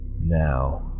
Now